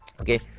okay